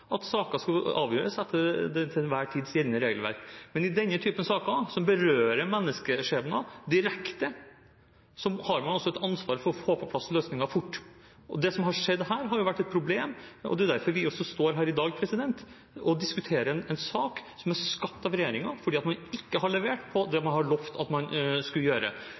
at saker skal avgjøres etter det til enhver tid gjeldende regelverk. Men i denne typen saker, som berører menneskeskjebner direkte, har man altså et ansvar for å få på plass løsninger fort. Det som har skjedd her, har vært et problem, og det er derfor vi også står her i dag og diskuterer en sak som er skapt av regjeringen fordi man ikke har levert det man har lovt at man skulle gjøre.